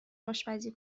آشپزی